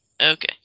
Okay